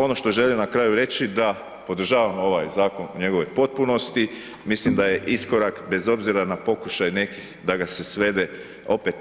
Ono što želim na kraju reći da podržavam ovaj zakon u njegovoj potpunosti, mislim da je iskorak bez obzira na pokušaj nekih da ga se svede